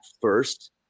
first